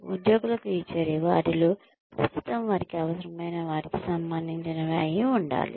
ఉద్యోగులకు ఇచ్చే రివార్డులు ప్రస్తుతం వారికి అవసరమైన వాటికి సంబంధించినవి అయి ఉండాలి